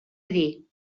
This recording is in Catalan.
dir